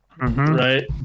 Right